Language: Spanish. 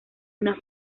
una